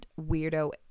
weirdo